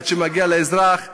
עד שמגיעה לאזרח אינפורמציה,